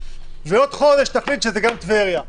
ועוד חודש תחליט שזה גם טבריה.